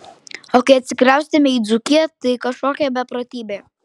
o kai atsikraustėme į dzūkiją tai kažkokia beprotybė